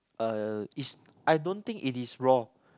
uh is I don't think it is wrong